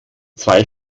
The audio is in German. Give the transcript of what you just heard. zwei